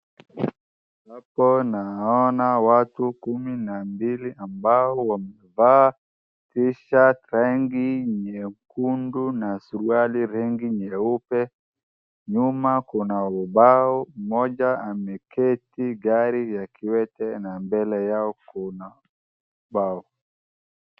Hapo naona watu kumi na mbili ambao wamevaa t shirt rangi nyekundu na suruali rangi nyeupe nyuma kuna ubao mmoja ameketi gari ya kiwete na mbele yao kuna bao.